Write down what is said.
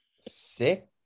six